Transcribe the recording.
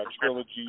trilogy